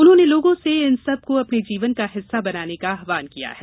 उन्होंने लोगों से इन सब को अपने जीवन का हिस्सा बनाने का आहवान किया है